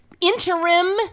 interim